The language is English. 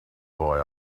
boy